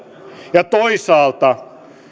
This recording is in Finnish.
ja toisaalta